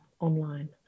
online